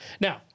Now